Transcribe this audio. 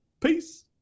Peace